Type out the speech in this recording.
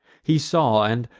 he saw, and,